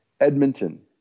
Edmonton